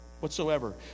whatsoever